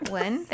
one